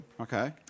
Okay